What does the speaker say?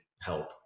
help